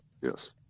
yes